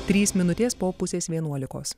trys minutės po pusės vienuolikos